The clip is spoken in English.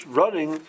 running